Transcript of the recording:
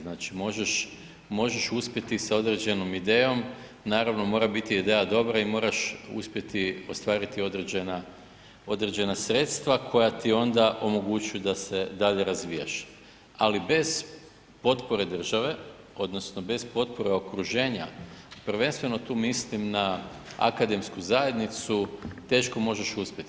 Znači, možeš, možeš uspjeti sa određenom idejom, naravno mora biti ideja dobra i moraš uspjeti ostvariti određena, određena sredstva koja ti onda omogućuju da se dalje razvijaš, ali bez potpore države odnosno bez potpore okruženja, prvenstveno tu mislim na akademsku zajednicu, teško možeš uspjeti.